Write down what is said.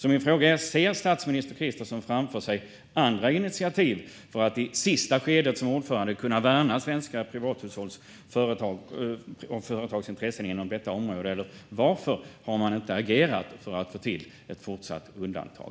Min fråga är: Ser statsminister Kristersson framför sig andra initiativ för att i sista skedet som ordförande kunna värna svenska privathushålls och företags intressen inom detta område, eller varför har man hittills inte agerat för att få till ett fortsatt undantag?